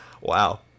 Wow